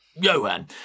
Johan